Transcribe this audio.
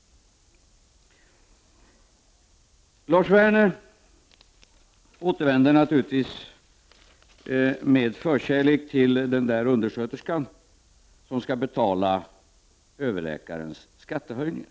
Lars Werner återvänder naturligtvis med förkärlek till talet om undersköterskan som skall betala överläkarens skattesänkningar.